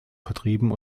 vertrieben